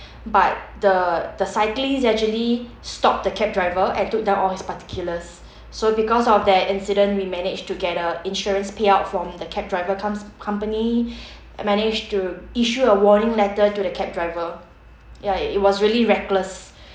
but the the cyclist actually stopped the cab driver and took down all his particulars so because of that incident we managed to get a insurance payout from the cab driver com~ company I managed to issue a warning letter to the cab driver ya it was really reckless